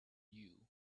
you